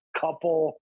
couple